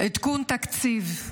עדכון תקציב,